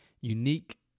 unique